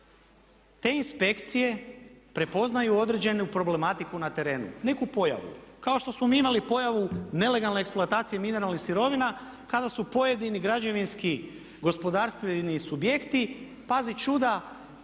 te inspekcije prepoznaju određenu problematiku na terenu, neku pojavu. Kao što smo mi imali pojavu nelegalne eksploatacije mineralnih sirovina kada su pojedini građevinski gospodarstveni subjekti pazi čuda